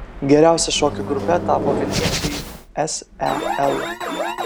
geriausia šokių grupe tapo vilniečiai sel